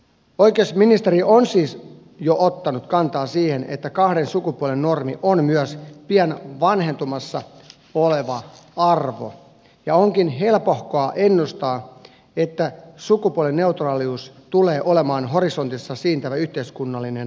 oikeusministeriö on siis jo ottanut kantaa siihen että kahden sukupuolen normi on myös pian vanhentumassa oleva arvo ja onkin helpohkoa ennustaa että sukupuolineutraalius tulee olemaan horisontissa siintävä yhteiskunnallinen tavoite